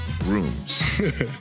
rooms